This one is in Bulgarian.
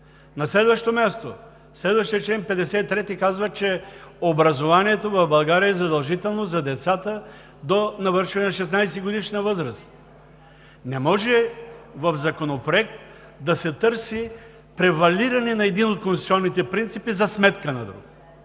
На следващо място, следващият чл. 53 казва, че образованието в България е задължително за децата до навършване на 16-годишна възраст. Не може в законопроект да се търси превалиране на един от конституционните принципи за сметка на друг.